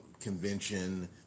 convention